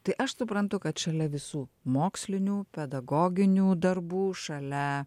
tai aš suprantu kad šalia visų mokslinių pedagoginių darbų šalia